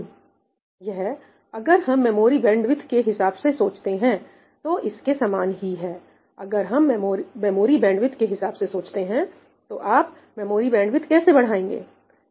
यह अगर हम मेमोरी बैंडविडथ के हिसाब से सोचते हैं तो इसके समान ही है अगर हम मेमोरी बैंडविडथ के हिसाब से सोचते हैं तो आप मेमोरी बैंडविडथ कैसे बढ़ाएंगे